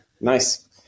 Nice